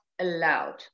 allowed